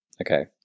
Okay